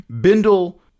Bindle